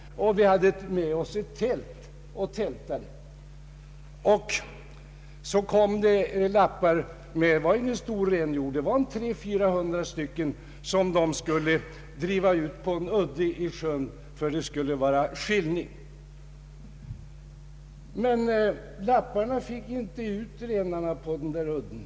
Vi slog också upp ett tält i närheten av sjön. Så kom det samer med 300—400 renar som skulle drivas ut på en udde för skiljning. Men samerna lyckades inte få ut renarna på udden.